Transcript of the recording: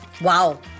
Wow